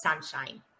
sunshine